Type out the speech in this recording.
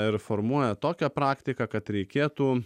ir formuoja tokią praktiką kad reikėtų